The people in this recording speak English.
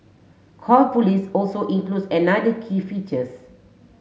call Police also includes another key features